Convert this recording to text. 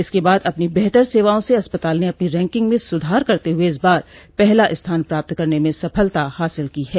इसके बाद अपनी बेहतर सेवाओं से अस्पताल ने अपनी रैंकिंग में सुधार करते हुए इस बार पहला स्थान प्राप्त करने में सफलता हासिल की है